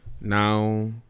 now